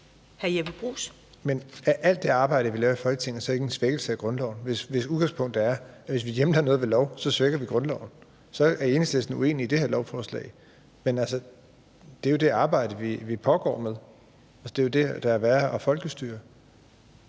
er alt det arbejde, vi laver i Folketinget, så ikke en svækkelse af grundloven, hvis udgangspunktet er, at hvis vi hjemler noget ved lov, så svækker vi grundloven? Så er Enhedslisten uenig i det her lovforslag. Men altså, det er jo det arbejde, der pågår. Altså, det er jo det, det er at folkestyre.